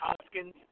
Hoskins